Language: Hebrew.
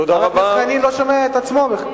דב חנין לא שומע את עצמו.